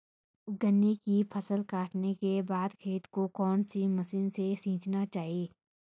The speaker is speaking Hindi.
गन्ने की फसल काटने के बाद खेत को कौन सी मशीन से सींचना चाहिये?